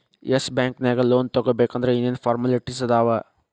S bank ನ್ಯಾಗ್ loan ತಗೊಬೇಕಂದ್ರ ಏನೇನ್ ಫಾರ್ಮ್ಯಾಲಿಟಿಸ್ ಅದಾವ?